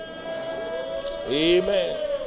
amen